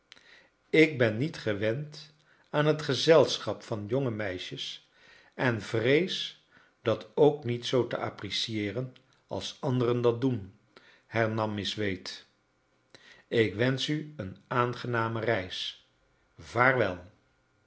ik ben niet gewend aan het gezelschap van jonge meisjes en vrees dat ook niet zoo te appreeieeren als anderen dat doen hernam miss wade tk wcnsch u een aangename reis vaarwel